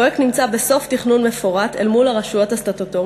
הפרויקט נמצא בסוף תכנון מפורט אל מול הרשויות הסטטוטוריות,